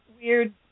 weird